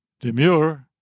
Demure